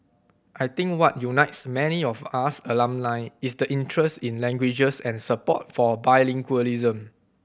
I think what unites many of us alumni is the interest in languages and support for bilingualism